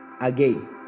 again